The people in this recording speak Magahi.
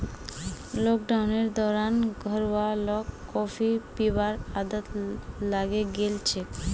लॉकडाउनेर दौरान घरवालाक कॉफी पीबार आदत लागे गेल छेक